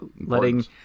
letting